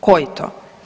Koji to?